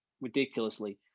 ridiculously